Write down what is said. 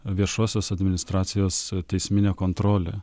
viešosios administracijos teisminę kontrolę